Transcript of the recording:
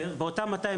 עשויה להיווצר בעיה,